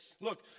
Look